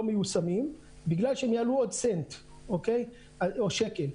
מיושמים בגלל שהם עולים עוד סנט או עוד שקל.